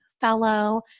fellow